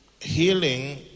healing